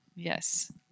Yes